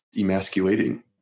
emasculating